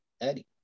Eddie